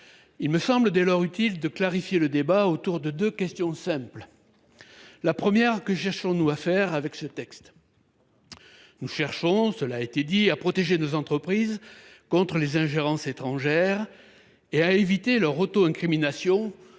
Il me semble dès lors utile de clarifier le débat en répondant à deux questions simples. Première question : que cherchons nous à faire avec ce texte ? Nous cherchons, cela a été dit, à protéger nos entreprises contre les ingérences étrangères et à éviter qu’elles ne s’auto incriminent